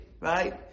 Right